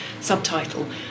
subtitle